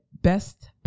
Best